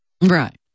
Right